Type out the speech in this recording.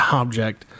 object